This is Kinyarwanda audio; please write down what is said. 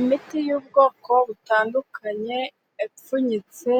Imiti y'ubwoko butandukanye ipfunyitse